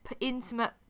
intimate